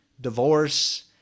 divorce